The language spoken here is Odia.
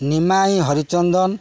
ନିମାଇଁ ହରିଚନ୍ଦନ